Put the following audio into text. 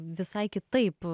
visai kitaip